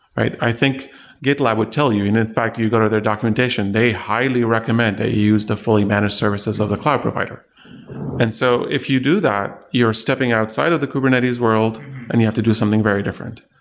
right? i think gitlab would tell you, and in fact, you you go to their documentation, they highly recommend that you use the fully managed services of the cloud provider and so if you do that, you're stepping outside of the kubernetes world and you have to do something very different.